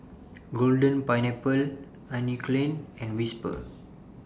Golden Pineapple Anne Klein and Whisper